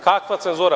Kakva cenzura.